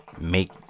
make